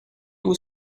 vous